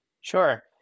Sure